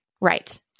Right